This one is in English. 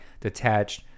detached